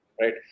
right